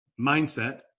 mindset